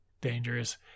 dangerous